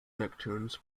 nicktoons